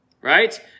right